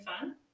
fun